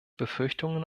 befürchtungen